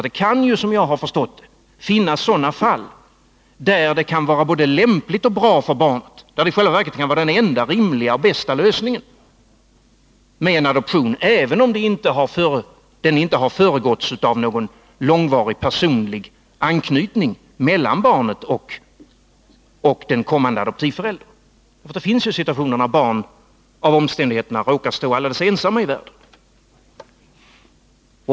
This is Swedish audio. Det kan ju, som jag har förstått, finnas fall där den enda rimliga lösningen skulle vara en adoption, även om den inte föregåtts av någon långvarig personlig anknytning mellan barnet och den blivande adoptivföräldern. Det finns ju situationer när barn av omständigheterna råkar stå alldeles ensamma i världen.